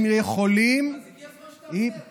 הם יכולים, אז הגיע הזמן שתעשה את זה.